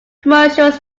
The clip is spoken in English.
commercials